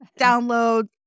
downloads